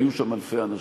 והיו שם אלפי אנשים,